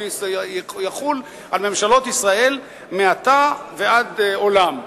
והוא יחול על ממשלות ישראל מעתה ועד עולם.